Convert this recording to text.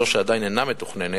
זו שעדיין אינה מתוכננת,